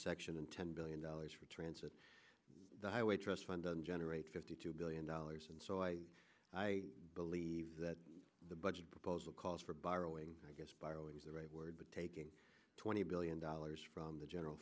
section and ten billion dollars for transit the highway trust fund doesn't generate fifty two billion dollars and so i believe that the budget proposal calls for borrowing against borrowing is the right word but taking twenty billion dollars from the general